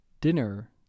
dinner